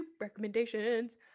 recommendations